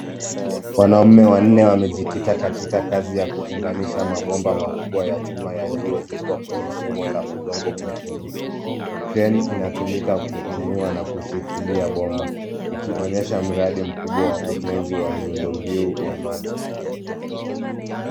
Wanaume wanne wamejikita katika kazi ya kuunganisha mabomba makubwa ya chuma yaliyozikwa kwenye shimo la udongo mwekundu. Crane inatumika kuinua na kushikilia bomba, ikionyesha mradi kubwa wa ujenzi wa miundo mbiu ya maji.